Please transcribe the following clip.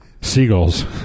Seagulls